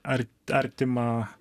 ar artimą